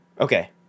Okay